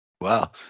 Wow